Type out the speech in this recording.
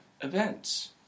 events